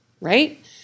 Right